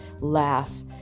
laugh